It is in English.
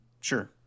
Sure